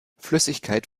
flüssigkeit